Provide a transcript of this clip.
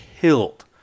killed